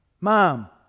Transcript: Mom